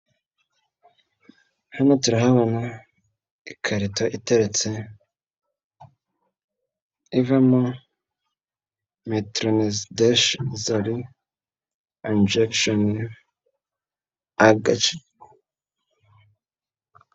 Hano turahabona mu ikarito iteretse ivamo Metronidazole zari injection .